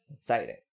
Exciting